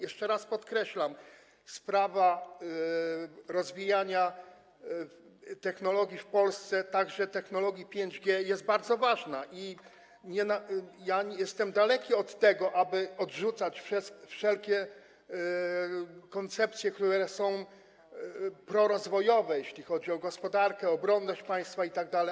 Jeszcze raz podkreślam: sprawa rozwijania technologii w Polsce, także technologii 5G, jest bardzo ważna i jestem daleki od tego, aby odrzucać wszelkie koncepcje, które są prorozwojowe, jeśli chodzi o gospodarkę, obronność państwa itd.